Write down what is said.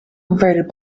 converted